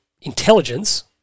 intelligence